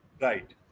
Right